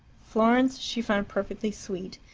florence she found perfectly sweet,